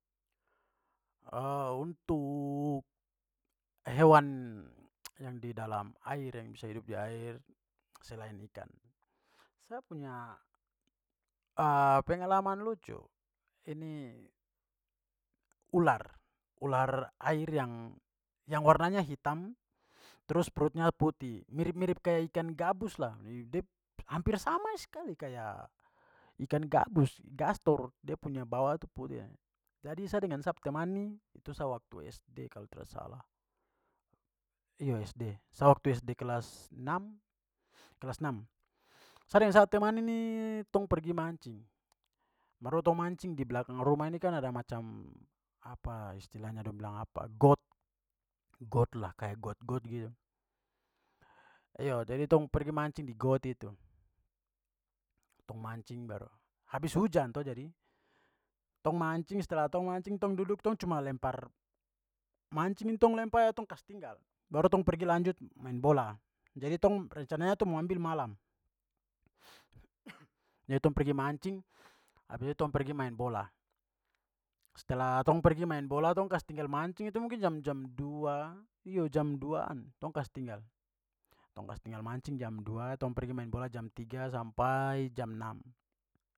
untuk hewan yang di dalam air yang bisa hidup di air selain ikan. Sa punya pengalaman lucu, ini ular, ular air yang- yang warnanya hitam trus perutnya putih. Mirip-mirip kayak ikan gabus lah. Jadi de hampir sama sekali kayak ikan gabus gastor, dia punya bawah itu. Jadi sa dengan sa pu teman ni, itu sa waktu SD kalau tra salah, iyo sd, sa waktu SD kelas enam- kelas enam, sa dengan sa teman ini tong pergi mancing. Baru tong mancing di blakang rumah ini kan ada macam, apa, istilahnya dong bilang apa, got, got lah, kayak got-got begitu. Iyo, jadi tong pergi mancing di got itu. Tong mancing baru, habis hujan to jadi. Tong mancing, setelah tong mancing tong duduk tong cuma lempar- mancing ni tong lempar tong kasih tinggal baru tong pergi lanjut main bola. Jadi tong rencananya tu mau ambil malam. Jadi tong pergi mancing habis itu tong pergi main bola. Setelah tong pergi main bola, tong kasi tinggal mancing itu mungkin jam-jam dua, iyo jam duaan tong kasih tinggal. Tong kasih tinggal mancing jam dua tong pergi main bola jam tiga sampai jam enam.